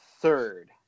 third